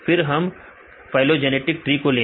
फिर हम phylogenetic tree को लेंगे